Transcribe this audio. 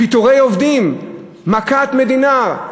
פיטורי עובדים, מכת מדינה.